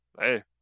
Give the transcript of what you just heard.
hey